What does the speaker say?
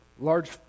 large